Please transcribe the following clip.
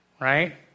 Right